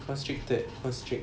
constricted constrict